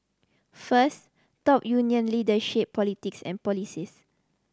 first top union leader shape politics and policies